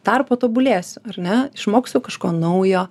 dar patobulėsiu ar ne išmoksiu kažko naujo